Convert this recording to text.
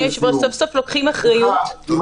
עם כל